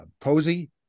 Posey